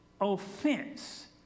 offense